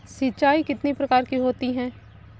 सिंचाई कितनी प्रकार की होती हैं?